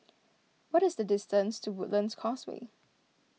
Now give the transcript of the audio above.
what is the distance to Woodlands Causeway